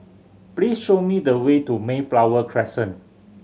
please show me the way to Mayflower Crescent